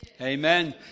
Amen